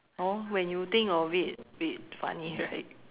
hor when you think of it a bit funny right